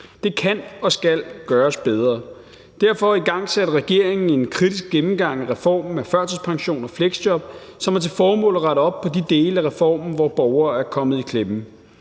Det kan og skal gøres bedre. Derfor igangsatte regeringen en kritisk gennemgang af reformen af førtidspension og fleksjob, som havde til formål at rette op på de dele af reformen, hvor borgere er kommet i klemme.